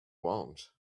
want